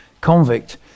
convict